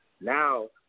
now